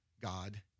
God